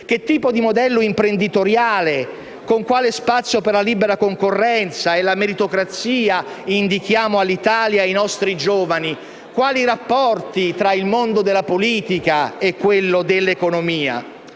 Che tipo di modello imprenditoriale, con quale spazio per la libera concorrenza e la meritocrazia indichiamo all'Italia e ai nostri giovani? Quali rapporti ci sono tra il mondo della politica e quello dell'economia?